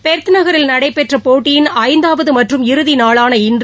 பொத் நகரில் நடைபெற்ற போட்டியின் ஐந்தாவது மற்றும் இறுதி நாளான இன்று